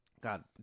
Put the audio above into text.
God